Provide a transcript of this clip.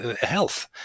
health